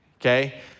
okay